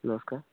ନମସ୍କାର